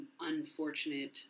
unfortunate